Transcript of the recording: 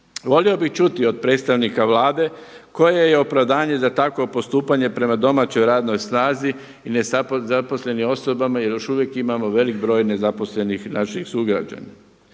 Volio bih čuti od predstavnika Vlade koje je opravdanje za takvo postupanje prema domaćoj radnoj snazi i nezaposlenim osobama jer još uvijek imamo veliki broj nezaposlenih naših sugrađana.